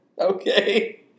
Okay